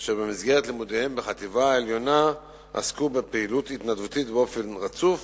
אשר במסגרת לימודיהם בחטיבה העליונה עסקו בפעילות התנדבותית באופן רצוף